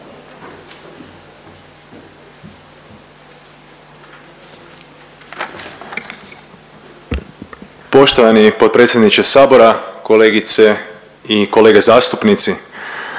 Poštovani potpredsjedniče sabora, kolegice i kolege zastupnici.